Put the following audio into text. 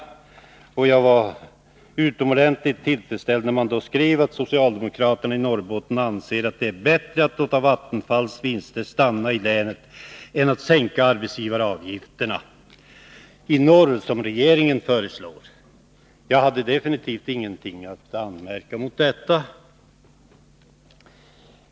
Jag var t.o.m. utomordentligt tillfredsställd när man skrev att socialdemokraterna i Norrbotten anser att det är bättre att låta Vattenfalls vinster stanna i länet än att sänka arbetsgivaravgifterna i norr, som regeringen föreslår. Jag hade definitivt inget att anmärka emot detta.